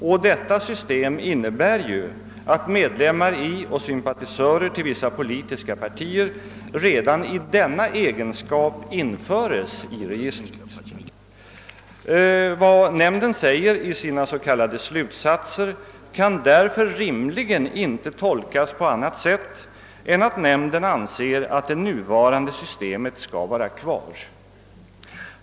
Och detta system innebär ju att medlemmar i och sympatisörer till vissa politiska partier redan i denna egenskap införes i registret. Vad nämnden uttalar i sina s.k. slutsatser kan därför rimligen inte tolkas på annat sätt än att den anser att det nuvarande systemet skall behållas.